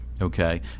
Okay